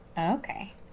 Okay